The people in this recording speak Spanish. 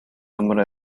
número